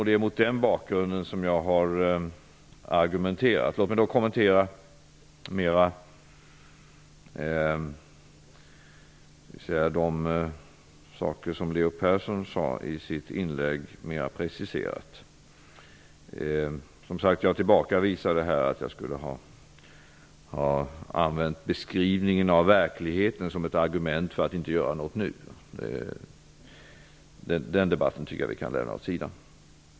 Det är mot den bakgrunden som jag har argumenterat. Låt mig kommentera de aspekter Leo Persson tog upp i sitt inlägg. Jag tillbakavisar att jag skulle ha använt beskrivningen av verkligheten som ett argument för att inte göra någonting nu. Den debatten tycker jag att vi kan lämna åt sidan.